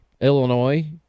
Illinois